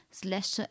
slash